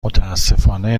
متأسفانه